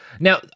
Now